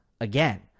again